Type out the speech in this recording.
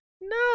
No